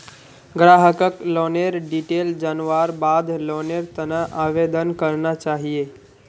ग्राहकक लोनेर डिटेल जनवार बाद लोनेर त न आवेदन करना चाहिए